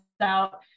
out